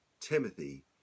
Timothy